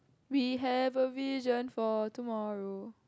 we have a vision for tomorrow